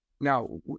Now